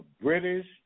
British